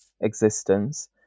existence